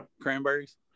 Cranberries